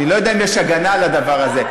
אני לא יודע אם יש הגנה על הדבר הזה.